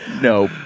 No